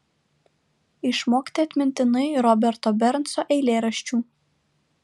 išmokti atmintinai roberto bernso eilėraščių